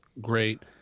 great